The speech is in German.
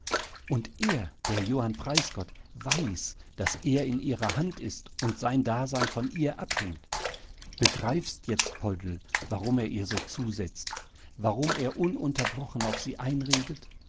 und er der johann preisgott weiß daß er in ihrer hand ist und sein dasein von ihr abhängt begreifst jetzt poldl warum er ihr so zusetzt warum er ununterbrochen auf sie einredet